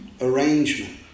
arrangement